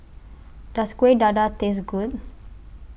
Does Kueh Dadar Taste Good